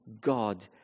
God